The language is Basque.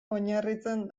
oinarritzen